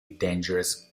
dangerous